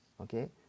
Okay